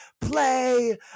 Play